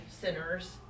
sinners